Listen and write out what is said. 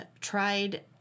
tried